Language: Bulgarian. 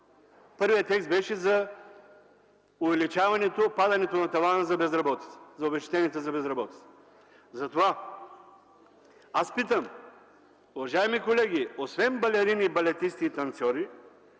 Първият текст беше за увеличаване падането на тавана на обезщетението за безработица. Затова аз питам, уважаеми колеги, освен балерини, балетисти и танцьори,